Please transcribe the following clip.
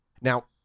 Now